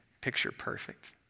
picture-perfect